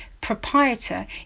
proprietor